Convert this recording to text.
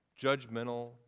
judgmental